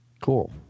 Cool